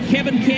Kevin